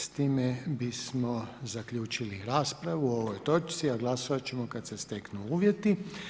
S time bismo zaključili raspravu o ovoj točci, a glasovat ćemo kad se steknu uvjeti.